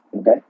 Okay